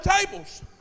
tables